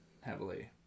heavily